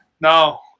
No